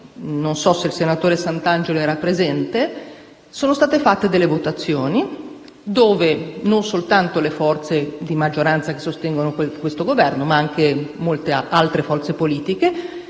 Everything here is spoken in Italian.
non so se il senatore Santangelo fosse presente - sono state fatte delle votazioni con le quali non soltanto le forze di maggioranza che sostengono questo Governo, ma anche molte altre forze politiche,